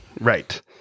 Right